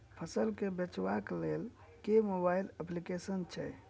फसल केँ बेचबाक केँ लेल केँ मोबाइल अप्लिकेशन छैय?